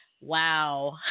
Wow